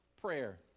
prayer